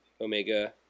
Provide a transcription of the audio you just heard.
Omega